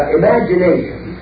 imagination